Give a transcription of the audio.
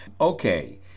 Okay